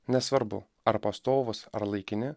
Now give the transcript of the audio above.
nesvarbu ar pastovūs ar laikini